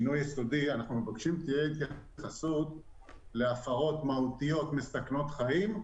תהיה התייחסות להפרות מהותיות שהן מסכנות חיים,